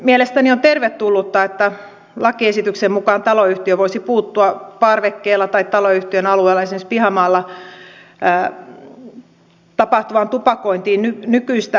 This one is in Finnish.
mielestäni on tervetullutta että lakiesityksen mukaan taloyhtiö voisi puuttua parvekkeella tai taloyhtiön alueella esimerkiksi pihamaalla tapahtuvaan tupakointiin nykyistä helpommin